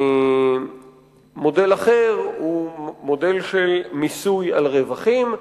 מודל אחר הוא מודל של מיסוי על רווחים.